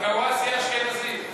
הקוואס יהיה אשכנזי.